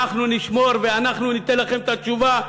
אנחנו נשמור ואנחנו ניתן לכם את התשובה,